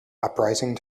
uprising